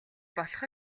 болох